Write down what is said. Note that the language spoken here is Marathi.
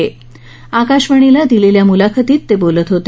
ते आकाशवाणीला दिलेल्या मुलाखतीत बोलत होते